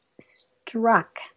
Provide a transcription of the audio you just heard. struck